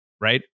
right